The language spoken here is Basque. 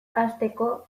hasteko